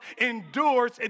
endures